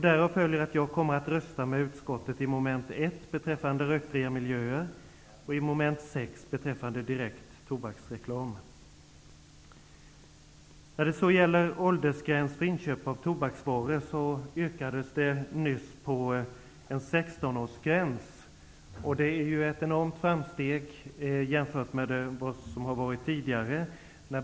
Därav följer att jag kommer att rösta med utskottet i mom. 1 beträffande rökfria miljöer och i mom. 6 När det gäller åldersgräns för inköp av tobaksvaror yrkades det nyss på en 16-årsgräns. Det är ju ett enormt framsteg jämfört med hur det har varit tidigare.